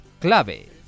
Clave